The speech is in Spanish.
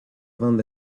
dónde